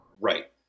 Right